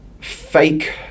fake